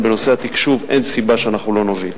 בנושא התקשוב אין סיבה שאנחנו לא נוביל.